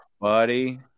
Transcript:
buddy